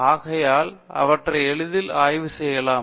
ஆகையால் அவற்றை எளிதில் ஆய்வு செய்யலாம்